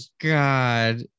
god